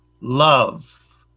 love